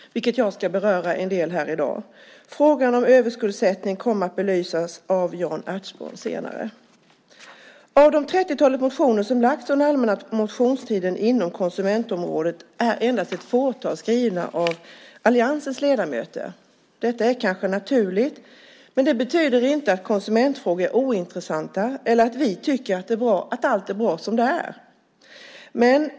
Jag kommer att beröra dem i dag. Frågan om överskuldsättning kommer att belysas senare av Jan Ertsborn. Av de 30-talet motioner som lagts fram under allmänna motionstiden inom konsumentområdet är endast ett fåtal skrivna av alliansens ledamöter. Detta är kanske naturligt, men det betyder inte att konsumentfrågor är ointressanta eller att vi tycker att allt är bra som det är.